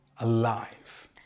alive